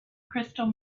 crystal